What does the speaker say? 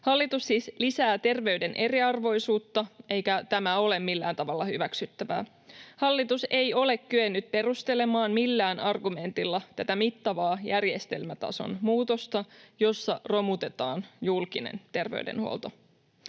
Hallitus siis lisää terveyden eriarvoisuutta, eikä tämä ole millään tavalla hyväksyttävää. Hallitus ei ole kyennyt perustelemaan millään argumentilla tätä mittavaa järjestelmätason muutosta, jossa romutetaan julkinen terveydenhuolto.